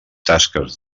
tasques